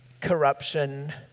corruption